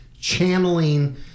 channeling